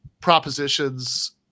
propositions